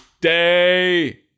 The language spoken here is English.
day